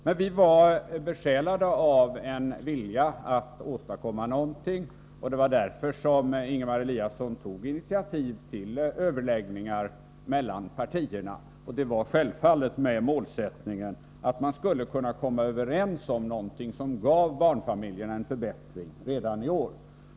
Men vi var besjälade av en vilja att åstadkomma någonting, och det var därför Ingemar Eliasson tog initiativ till överläggningar mellan partierna — självfallet med målsättningen att man skulle kunna komma överens om något som gav barnfamiljerna en förbättring redan i år.